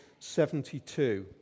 72